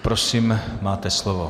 Prosím, máte slovo.